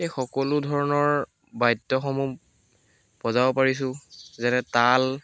এই সকলো ধৰণৰ বাদ্যসমূহ বজাব পাৰিছোঁ যেনে তাল